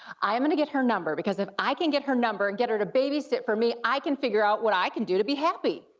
i'm gonna get her number, because if i can get her number, get her to babysit for me, i can figure out what i can do to be happy.